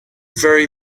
very